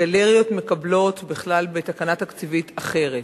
גלריות מקבלות בכלל בתקנה תקציבית אחרת.